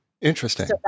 Interesting